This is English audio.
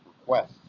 requests